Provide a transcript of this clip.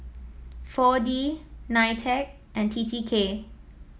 four D Nitec and T T K